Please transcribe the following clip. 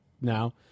now